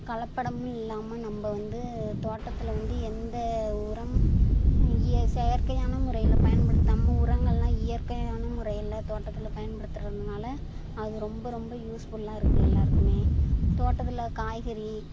கலப்படமும் இல்லாமல் நம்ம வந்து தோட்டத்தில் வந்து எந்த உரம் இய செயற்கையான முறையில் பயன்படுத்தாமல் உரங்கள்லாம் இயற்கையான முறையில் தோட்டத்தில் பயன்படுத்துறதுனால அது ரொம்ப ரொம்ப யூஸ்ஃபுல்லாக இருக்குது எல்லோருக்குமே தோட்டத்தில் காய்கறி